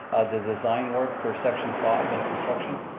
the design work for section five and construction.